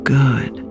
good